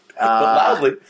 Loudly